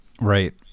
Right